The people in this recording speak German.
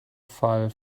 fall